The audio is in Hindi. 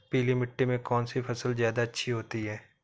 पीली मिट्टी में कौन सी फसल ज्यादा अच्छी होती है?